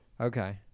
Okay